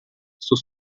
sus